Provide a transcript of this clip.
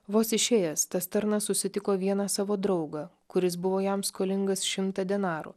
vos išėjęs tas tarnas susitiko vieną savo draugą kuris buvo jam skolingas šimtą denarų